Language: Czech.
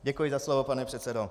Děkuji za slovo, pane předsedo.